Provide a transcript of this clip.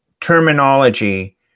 terminology